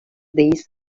these